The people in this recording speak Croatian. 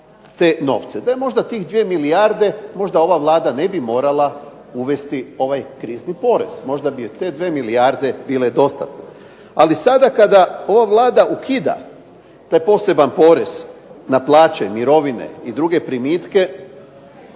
te novce. Da je možda tih 2 milijarde možda ova Vlada ne bi morala uvesti ovaj krizni porez. Možda bi joj te 2 milijarde bile dostatne. Ali sada kada ova Vlada ukida taj poseban porez na plaće, mirovine i druge primitke